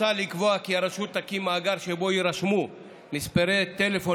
מוצע לקבוע כי הרשות תקים מאגר שבו יירשמו מספרי טלפון